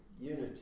unity